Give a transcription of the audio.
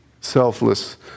selfless